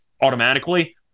automatically